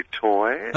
toy